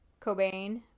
Cobain